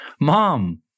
Mom